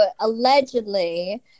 allegedly